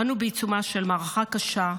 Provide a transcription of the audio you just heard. אנו בעיצומה של מערכה קשה,